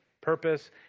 purpose